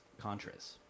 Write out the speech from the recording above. Contras